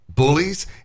bullies